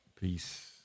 Peace